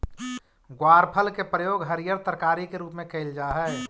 ग्वारफल के प्रयोग हरियर तरकारी के रूप में कयल जा हई